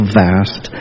vast